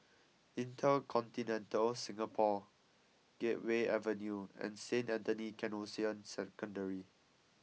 InterContinental Singapore Gateway Avenue and Saint Anthony's Canossian Secondary